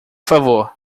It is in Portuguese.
favor